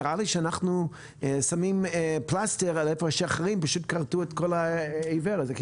נראה שאנחנו שמים פלסטר על איפה שאחרים פשוט כרתו את כל האיבר הזה.